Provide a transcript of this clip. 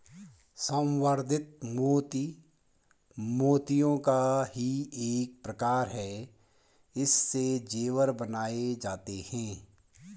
संवर्धित मोती मोतियों का ही एक प्रकार है इससे जेवर बनाए जाते हैं